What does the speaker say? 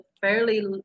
fairly